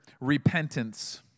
repentance